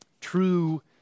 true